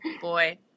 boy